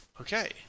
Okay